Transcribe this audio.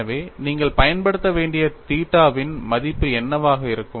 எனவே நீங்கள் பயன்படுத்த வேண்டிய தீட்டாவின் மதிப்பு என்னவாக இருக்கும்